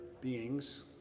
beings